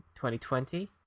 2020